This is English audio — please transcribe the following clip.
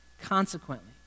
Consequently